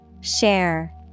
Share